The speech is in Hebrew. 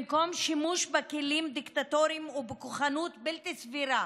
במקום שימוש בכלים דיקטטוריים ובכוחנות בלתי סבירה